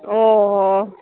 ઓ હો